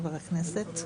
חבר הכנסת.